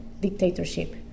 dictatorship